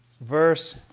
verse